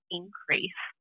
increase